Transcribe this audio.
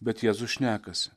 bet jūzus šnekasi